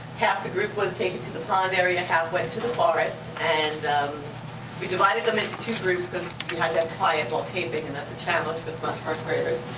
half the group was taken to the pond area, half went to the forest, and we divided them into two groups, cause we had to have quiet while taping, and that's a challenge with my first-graders.